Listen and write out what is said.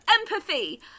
empathy